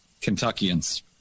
Kentuckians